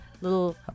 little